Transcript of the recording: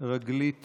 רגלית